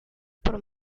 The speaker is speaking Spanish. por